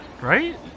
right